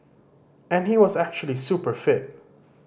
and he was actually super fit